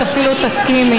את אפילו תסכימי.